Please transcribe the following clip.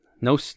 No